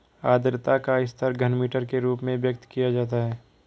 आद्रता का स्तर घनमीटर के रूप में व्यक्त किया जाता है